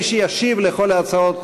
מי שישיב על כל ההצעות